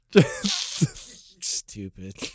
stupid